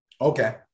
Okay